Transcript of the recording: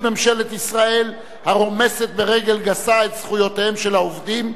ממשלת ישראל הרומסת ברגל גסה את זכויותיהם של העובדים,